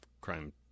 crime